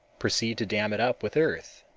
proceed to dam it up with earth.